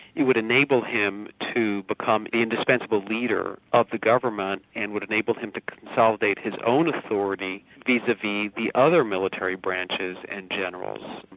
it would enable him to become indispensable leader of the government and would enable him to consolidate his own authority vis-a-vis the other military branches and generals.